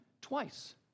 twice